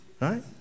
Right